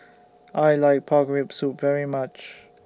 I like Pork Rib Soup very much